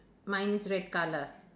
mine is red colour